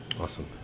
awesome